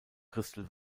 crystal